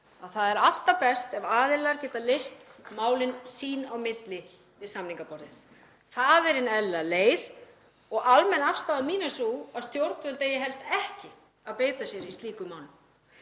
það er alltaf best ef aðilar geta leyst málin sín á milli við samningaborðið. Það er hin eðlilega leið og almenn afstaða mín er sú að stjórnvöld eigi helst ekki að beita sér í slíkum málum.